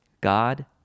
God